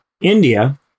India